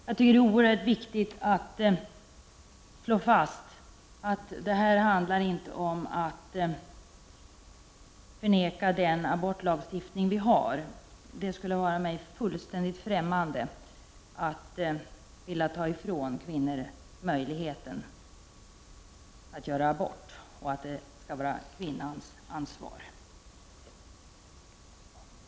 Fru talman! Det är oerhört viktigt att slå fast att det inte handlar om att förneka den abortlagstiftning som vi har. Det skulle vara mig fullständigt främmande att ta ifrån kvinnor möjligheten till abort. Ett sådant beslut skall vara kvinnans ansvar.